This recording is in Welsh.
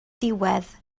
diwedd